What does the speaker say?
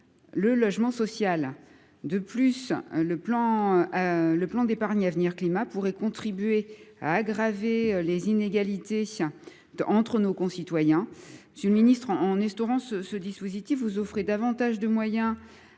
du logement social. D’autre part, le plan d’épargne avenir climat pourrait contribuer à aggraver les inégalités entre nos concitoyens. En effet, monsieur le ministre, en instaurant ce dispositif, vous offrez davantage de moyens